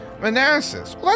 Manassas